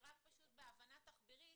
זה רק פשוט בהבנה תחבירית,